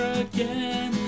again